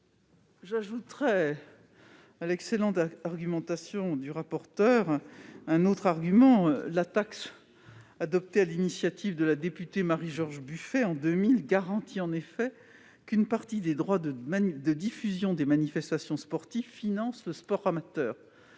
J'ajoute à l'excellente démonstration du rapporteur un autre argument : la taxe adoptée sur l'initiative de Marie-George Buffet en 2000 garantit qu'une partie des droits de diffusion des manifestations sportives finance le sport amateur.